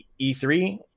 E3